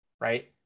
right